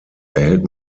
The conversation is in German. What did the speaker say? erhält